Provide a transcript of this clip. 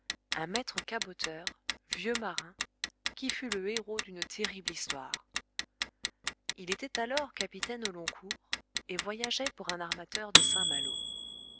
un maître caboteur vieux marin qui fut le héros d'une terrible histoire il était alors capitaine au long cours et voyageait pour un armateur de saint-malo